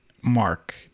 mark